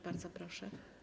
Bardzo proszę.